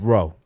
Row